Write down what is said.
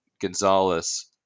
Gonzalez